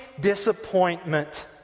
disappointment